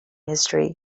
history